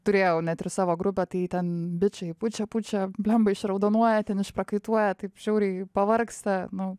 turėjau net ir savo grupę tai ten bičai pučia pučia bliamba išraudonuoja ten išprakaituoja taip žiauriai pavargsta nu